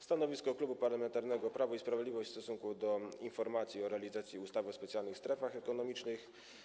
Stanowisko Klubu Parlamentarnego Prawo i Sprawiedliwość co do informacji o realizacji ustawy o specjalnych strefach ekonomicznych.